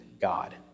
God